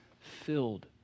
filled